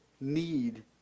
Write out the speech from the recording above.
need